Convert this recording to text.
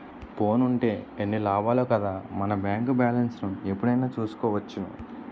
ఫోనుంటే ఎన్ని లాభాలో కదా మన బేంకు బాలెస్ను ఎప్పుడైనా చూసుకోవచ్చును